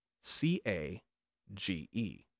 C-A-G-E